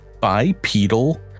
bipedal